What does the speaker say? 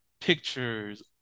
pictures